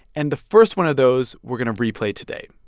and the first one of those we're going to replay today.